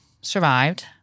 survived